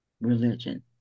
Religion